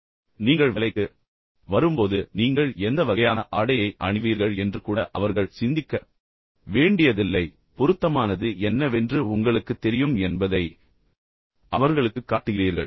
எனவே நீங்கள் வேலைக்கு வரும்போது நீங்கள் எந்த வகையான ஆடையை அணிவீர்கள் என்று கூட அவர்கள் சிந்திக்க வேண்டியதில்லை பொருத்தமானது என்னவென்று உங்களுக்குத் தெரியும் என்பதை அவர்களுக்குக் காட்டுகிறீர்கள்